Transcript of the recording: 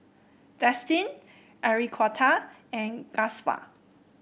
Destin Enriqueta and Gustaf